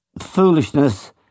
foolishness